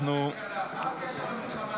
שר הכלכלה, מה הקשר למלחמה?